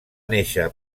néixer